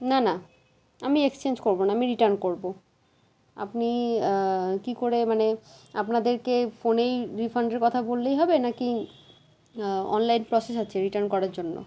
না না আমি এক্সচেঞ্জ করবো না আমি রিটার্ন করবো আপনি কী করে মানে আপনাদেরকে ফোনেই রিফান্ডের কথা বললেই হবে নাকি অনলাইন প্রসেস আছে রিটার্ন করার জন্য